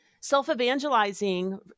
Self-evangelizing